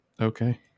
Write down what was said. Okay